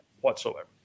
whatsoever